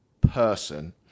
person